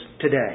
today